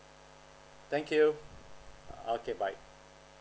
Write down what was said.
thank you okay bye